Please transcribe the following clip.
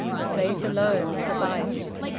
faith alone sufficed.